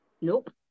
Nope